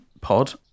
pod